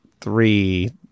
three